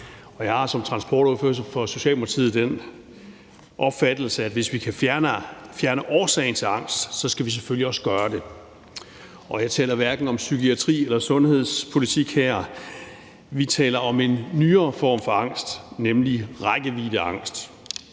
Jeg har som transportordfører for Socialdemokratiet den opfattelse, at hvis vi kan fjerne årsagen til angst, skal vi selvfølgelig også gøre det. Og jeg taler hverken om psykiatri eller sundhedspolitik her. Vi taler om en nyere form for angst, nemlig rækkeviddeangst.